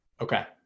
Okay